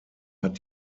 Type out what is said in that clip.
hat